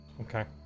Okay